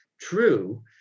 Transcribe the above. true